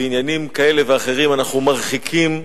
בעניינים כאלה ואחרים אנחנו מרחיקים.